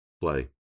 Play